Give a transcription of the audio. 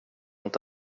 inte